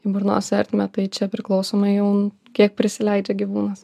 į burnos ertmę tai čia priklausomai jau kiek prisileidžia gyvūnas